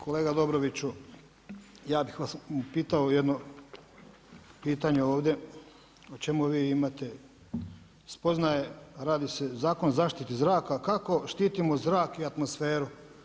Kolega Dobroviću, ja bih vas pitao jedno pitanju ovdje o čemu vi imate spoznaje, radi se o Zakonu zaštite zraka, kako štitimo zrak i atmosferu.